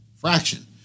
fraction